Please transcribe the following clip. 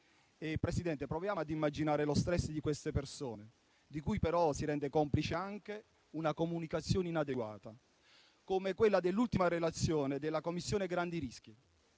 Presidente, proviamo ad immaginare lo stress di queste persone, di cui però si rende complice anche una comunicazione inadeguata come quella dell'ultima relazione della Commissione grandi rischi